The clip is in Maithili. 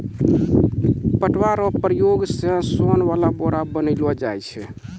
पटुआ रो प्रयोग से सोन वाला बोरा बनैलो जाय छै